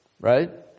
right